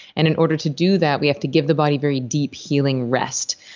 and in order to do that, we have to give the body very deep heeling rest.